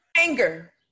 Anger